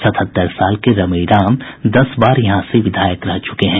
सतहत्तर साल के रमई राम दस बार यहां से विधायक रह चुके हैं